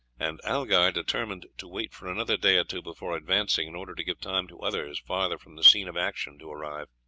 and algar determined to wait for another day or two before advancing, in order to give time to others farther from the scene of action to arrive.